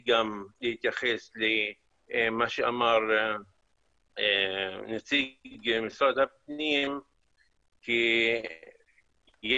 רציתי גם להתייחס למה שאמר נציג משרד הפנים כי יש